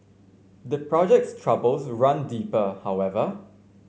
the project's troubles run deeper however